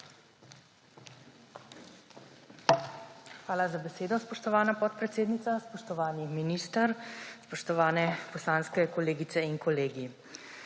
Hvala za besedo, spoštovana podpredsednica. Spoštovani minister, spoštovane poslanske kolegice in kolegi!